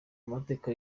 amateka